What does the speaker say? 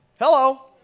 Hello